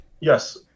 yes